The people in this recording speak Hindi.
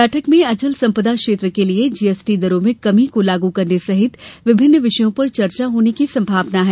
बैठक में अचल संपदा क्षेत्र के लिए जी एस टी दरों में कमी को लागू करने सहित विभिन्न विषयों पर चर्चा होने की संभावना है